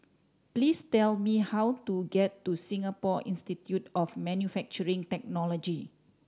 please tell me how to get to Singapore Institute of Manufacturing Technology